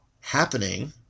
happening